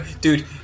dude